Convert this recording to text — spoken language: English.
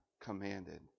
commanded